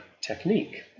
technique